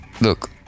Look